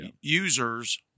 Users